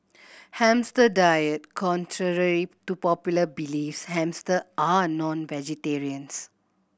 hamster diet contrary to popular beliefs hamster are not vegetarians